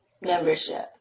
membership